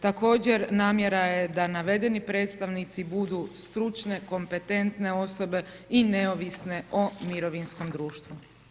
Također namjera da navedeni predstavnici budu stručne, kompetentne osobe i neovisne o mirovinskom društvu.